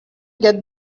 get